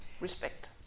respect